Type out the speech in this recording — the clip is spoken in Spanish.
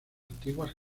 antiguas